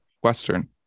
Western